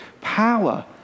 power